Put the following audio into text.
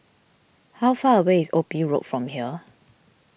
how far away is Ophir Road from here